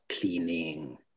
cleaning